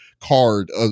card